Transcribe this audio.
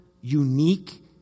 unique